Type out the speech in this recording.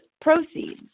proceeds